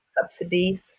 subsidies